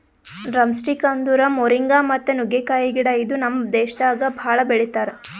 drumsticks ಅಂದುರ್ moringa ಮತ್ತ ನುಗ್ಗೆಕಾಯಿ ಗಿಡ ಇದು ನಮ್ ದೇಶದಾಗ್ ಭಾಳ ಬೆಳಿತಾರ್